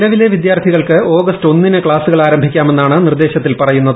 നിലവിലെ വിദ്യാർത്ഥികൾക്ക് ഓഗസ്റ്റ് ഒന്നിന് ക്സാസുകൾ ആരംഭിക്കാ മെന്നാണ് നിർദ്ദേശത്തിൽ പറയുന്നത്